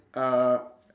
uh